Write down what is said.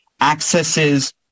accesses